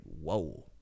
whoa